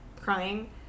crying